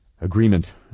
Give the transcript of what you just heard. agreement